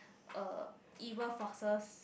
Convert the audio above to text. uh evil forces